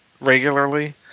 regularly